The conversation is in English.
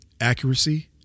accuracy